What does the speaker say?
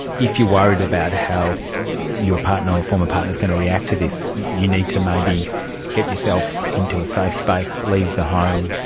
if you are worried about how your partner or former partner is going to react to this, you need to maybe get yourself into a safe space, leave the home,